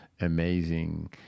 amazing